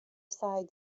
side